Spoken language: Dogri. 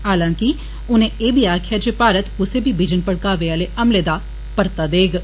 हालांकि उने एह बी आक्खेआ जे भारत कुसै बी बिजन भड़कावे आले हमले दा परता दगे